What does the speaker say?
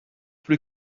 plus